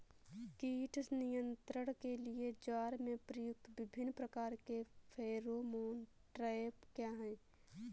कीट नियंत्रण के लिए ज्वार में प्रयुक्त विभिन्न प्रकार के फेरोमोन ट्रैप क्या है?